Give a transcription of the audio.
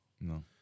no